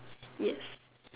yes